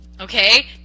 okay